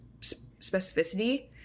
specificity